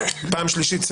פעם שלישית.